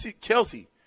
Kelsey